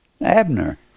Abner